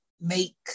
make